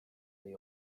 they